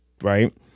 right